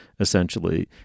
essentially